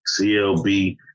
CLB